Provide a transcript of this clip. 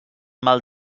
mal